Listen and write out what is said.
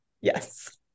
Yes